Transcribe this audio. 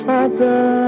Father